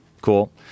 Cool